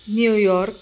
New York